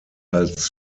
als